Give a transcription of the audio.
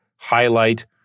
highlight